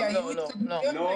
כי היו התקדמויות בעניין הזה.